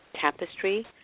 Tapestry